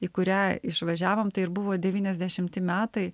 į kurią išvažiavom tai ir buvo devyniasdešimti metai